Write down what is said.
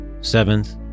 Seventh